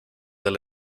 del